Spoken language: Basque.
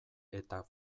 eta